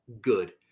good